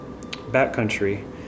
backcountry